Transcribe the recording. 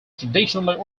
traditionally